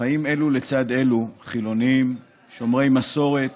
חיים אלו לצד אלו חילונים, שומרי מסורת